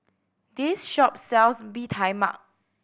this shop sells Bee Tai Mak